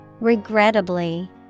Regrettably